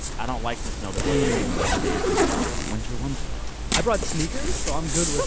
i don't like the snow that's not going to give me, like, a day or two or three of winter wonderland i brought sneakers, so i'm good